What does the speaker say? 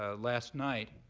ah last night,